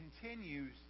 continues